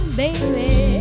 baby